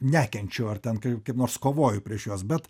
nekenčiu ar ten kaip kaip nors kovoju prieš juos bet